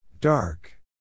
Dark